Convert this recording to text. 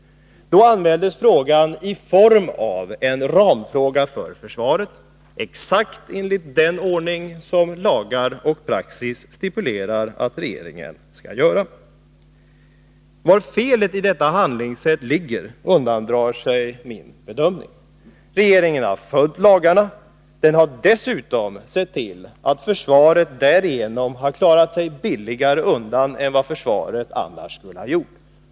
Då anmäldes frågan i form av en ramfråga för försvaret — exakt enligt den ordning som lagar och praxis stipulerar att regeringen skall följa. Var felet i detta handlingssätt ligger undandrar sig min bedömning. Regeringen har följt lagarna. Den har dessutom sett till att försvaret därigenom har klarat sig billigare undan än vad försvaret annars skulle ha gjort.